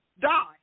die